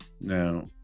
Now